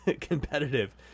competitive